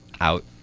Out